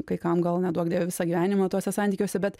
kai kam gal neduok dieve visą gyvenimą tuose santykiuose bet